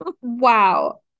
Wow